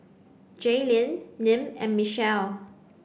Jaylene Nim and Michelle